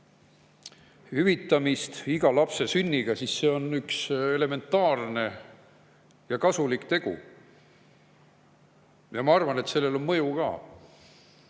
hüvitamist iga lapse sünniga, siis see on üks elementaarne ja kasulik tegu. Ma arvan, et sellel on mõju ka.